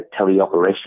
teleoperation